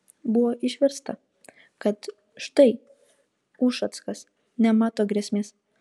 buvo išversta kad štai ušackas nemato grėsmės